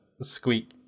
squeak